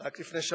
רק לפני שבוע